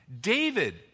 David